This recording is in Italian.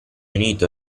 unito